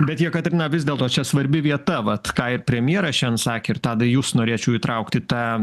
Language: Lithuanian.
bet jekaterina vis dėlto čia svarbi vieta vat ką ir premjeras šiandien sakė ir tadai jus norėčiau įtraukt į tą